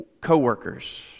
co-workers